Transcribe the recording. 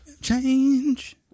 Change